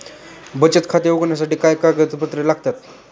बचत खाते उघडण्यासाठी काय कागदपत्रे लागतात?